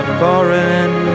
foreign